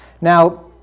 Now